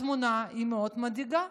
התמונה היא מאוד מדאיגה,